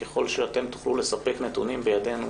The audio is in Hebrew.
ככל שאתם תוכלו לספק נתונים בידינו